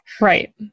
Right